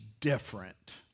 different